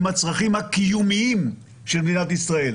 עם הצרכים הקיומיים של מדינת ישראל.